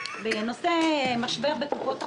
בנושא המשבר בקופות החולים,